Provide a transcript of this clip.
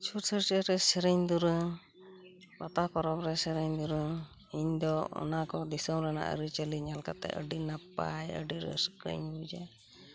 ᱪᱷᱩᱛ ᱪᱷᱟᱹᱴᱭᱟᱹᱨ ᱨᱮ ᱥᱮᱨᱮᱧ ᱫᱩᱨᱟᱹᱝ ᱯᱟᱛᱟ ᱯᱚᱨᱚᱵᱽ ᱨᱮ ᱥᱮᱨᱮᱧ ᱫᱩᱨᱟᱹᱝ ᱤᱧᱫᱚ ᱚᱱᱟᱠᱚ ᱫᱤᱥᱚᱢ ᱨᱮᱱᱟᱜ ᱟᱹᱨᱤᱪᱟᱹᱞᱤ ᱧᱮᱞ ᱠᱟᱛᱮᱫ ᱟᱹᱰᱤ ᱱᱟᱯᱟᱭ ᱟᱹᱰᱤ ᱨᱟᱹᱥᱠᱟᱹᱧ ᱵᱩᱡᱟ